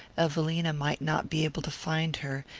evelina might not be able to find her,